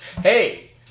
Hey